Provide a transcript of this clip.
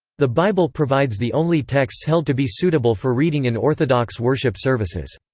the bible provides the only texts held to be suitable for reading in orthodox worship services.